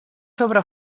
sobre